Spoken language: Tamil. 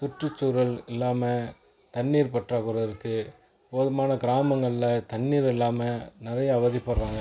சுற்றுச்சூழல் இல்லாமல் தண்ணீர் பற்றாக்குறை இருக்குது போதுமான கிராமங்களில் தண்ணீர் இல்லாமல் நிறைய அவதிபடுகிறாங்க